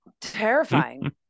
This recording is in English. terrifying